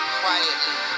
quietly